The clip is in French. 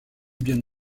bien